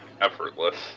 effortless